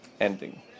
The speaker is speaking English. ending